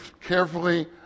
carefully